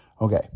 Okay